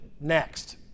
next